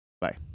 Bye